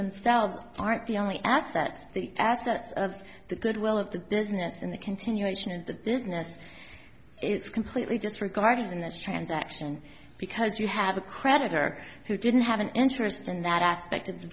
themselves aren't the only assets the assets of the goodwill of the business and the continuation of the business it's completely disregarded in this transaction because you have a creditor who didn't have an interest in that aspect of